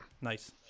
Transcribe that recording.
nice